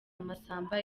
masamba